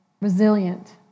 resilient